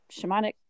shamanic